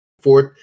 fourth